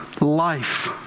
life